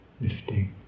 lifting